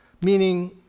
Meaning